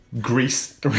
Greece